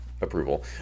approval